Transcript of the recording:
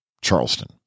charleston